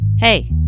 Hey